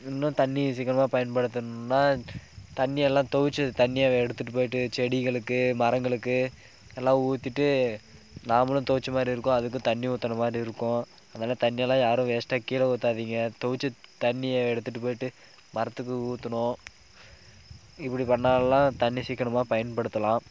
இன்னும் தண்ணி சிக்கனமாக பயன்படுத்தன்னால் தண்ணியெல்லாம் தோய்ச்ச தண்ணியை எடுத்துட்டுப் போயிட்டு செடிகளுக்கு மரங்களுக்கு எல்லாம் ஊற்றிட்டு நாமளும் தோய்ச்ச மாதிரி இருக்கும் அதுக்கும் தண்ணி ஊற்றுன மாதிரி இருக்கும் அதனால தண்ணியெலாம் யாரும் வேஸ்ட்டாக கீழே ஊற்றாதீங்க தோய்ச்ச தண்ணியை எடுத்துட்டுப் போயிட்டு மரத்துக்கு ஊற்றணும் இப்படி பண்ணாலாம் தண்ணி சிக்கனமாக பயன்படுத்தலாம்